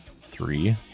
Three